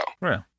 Right